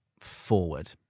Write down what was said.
forward